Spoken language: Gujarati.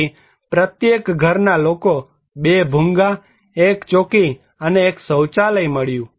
તેથી પ્રત્યેક ઘરના લોકોને 2 ભૂંગા 1 ચોકી અને એક શૌચાલય મળ્યું